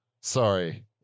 Sorry